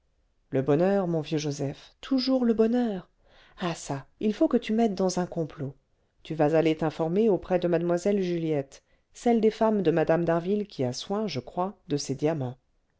le bonheur mon vieux joseph toujours le bonheur ah çà il faut que tu m'aides dans un complot tu vas aller t'informer auprès de mlle juliette celle des femmes de mme d'harville qui a soin je crois de ses diamants